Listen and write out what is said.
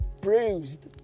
Bruised